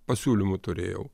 pasiūlymų turėjau